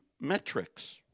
metrics